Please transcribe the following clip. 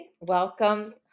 welcome